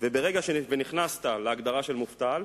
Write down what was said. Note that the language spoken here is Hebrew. וברגע שנכנסת להגדרה של מובטל,